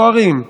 בוערים,